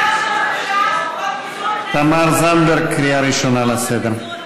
חוק פיזור הכנסת, תמר זנדברג, קריאה ראשונה לסדר.